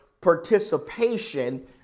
participation